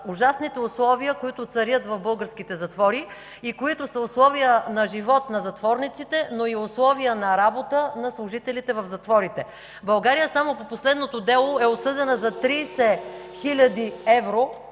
ужасните условия, които царят в българските затвори и които са условия на живот на затворниците, но и условия на работа на служителите в затворите. България само по последното дело е осъдена за 30 хил. евро...